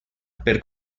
per